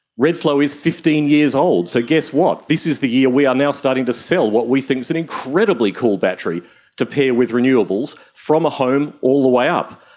redflow is fifteen years old, so guess what, this is the year we are now starting to sell what we think is an incredibly cool battery to pair with renewables, from a home all the way up.